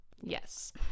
Yes